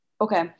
okay